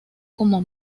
como